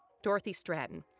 dorothy stratton,